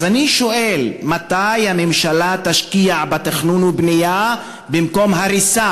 אז אני שואל: מתי הממשלה תשקיע בתכנון ובנייה במקום בהריסה?